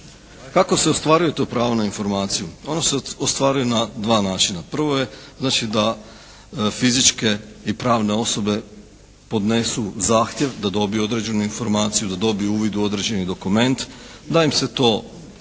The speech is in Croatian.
Kako se ostvaruje to pravo na informaciju? Ono se ostvaruje na dva načina. Prvo je znači da fizičke i pravne osobe podnesu zahtjev da dobiju određenu informaciju, da dobiju uvid u određeni dokument, da im se to predoči,